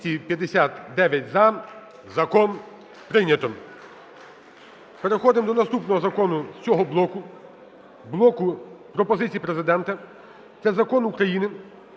За-259 Закон прийнято. Переходимо до наступного закону цього блоку, блоку пропозицій Президента. Це Закон України